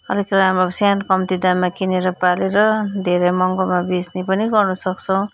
अलिक राम्रो सानो कम्ती दाममा किनेर पालेर धेरै महँगोमा बेच्ने पनि गर्नुसक्छौँ